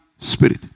spirit